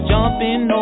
Jumping